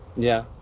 yeah.